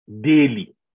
daily